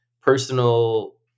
personal